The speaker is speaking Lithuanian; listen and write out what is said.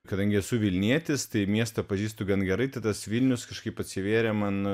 kadangi esu vilnietis tai miestą pažįstu gan gerai tai tas vilnius kažkaip atsivėrė man